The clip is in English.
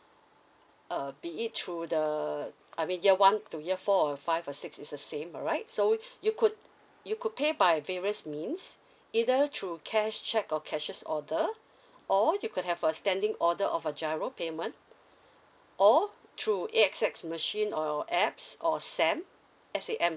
uh be it through the I mean year one to year four or five or six is the same alright so you could you could pay by various means either through cash check or cashier's order or you could have a standing order of a GIRO payment or through A_X_S machine or apps or SAM S A M